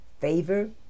favor